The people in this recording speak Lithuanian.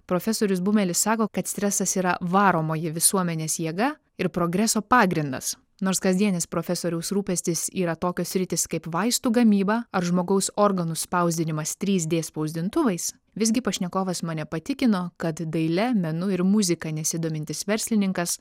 profesorius bumelis sako kad stresas yra varomoji visuomenės jėga ir progreso pagrindas nors kasdienis profesoriaus rūpestis yra tokios sritys kaip vaistų gamyba ar žmogaus organų spausdinimas trys d spausdintuvais visgi pašnekovas mane patikino kad daile menu ir muzika nesidomintis verslininkas